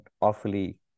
awfully